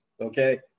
okay